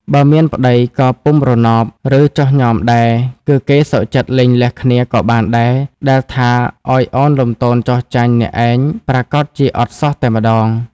បើមានប្តីក៏ពុំរណប ឬចុះញ៉មដែរ គឺគេសុខចិត្តលែងលះគ្នាដ៏បានដែរ ដែលថាឱ្យឱនលំទោនចុះចាញ់អ្នកឯងប្រាកដជាអត់សោះតែម្តង។